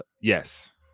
yes